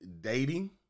dating